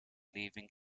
leaving